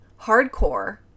hardcore